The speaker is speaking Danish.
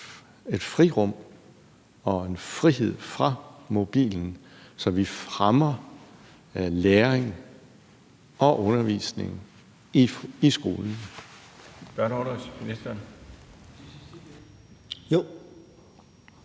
et frirum og en frihed fra mobilen, så vi fremmer læring og undervisning i skolen?